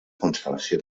constel·lació